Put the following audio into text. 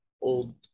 old